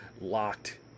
locked